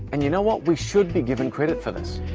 and you know what? we should be given credit for this.